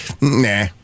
nah